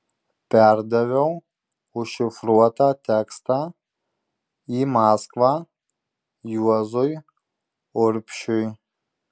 perdaviau užšifruotą tekstą į maskvą juozui urbšiui